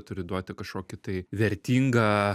turi duoti kažkokį tai vertingą